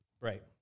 Right